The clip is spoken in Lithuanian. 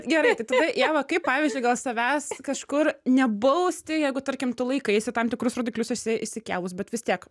gerai tai tada ieva kaip pavyzdžiui gal savęs kažkur nebausti jeigu tarkim tu laikaisi tam tikrus rodiklius esi išsikėlus bet vis tiek